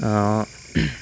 আৰু